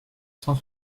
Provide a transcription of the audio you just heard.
cent